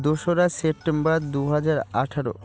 দোসরা সেপ্টেম্বর দু হাজার আঠেরো